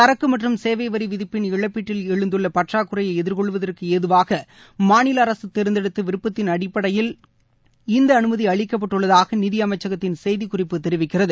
சரக்கு மற்றும் சேவை வரி விதிப்பின் இழப்பீட்டில் எழுந்துள்ள பற்றாக்குறையை எதிர்கொள்வதற்கு ஏதுவாக மாநில அரசு தேர்ந்தெடுத்த விருப்பத்தின் அடிப்படையில் இந்த அனுமதி அளிக்கப்பட்டுள்ளதாக நிதியமைச்சகத்தின் செய்திக்குறிப்பு தெரிவிக்கிறது